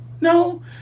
no